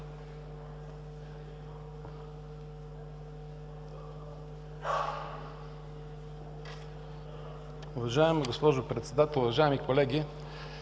Уважаема госпожо Председател, уважаеми господин